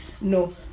No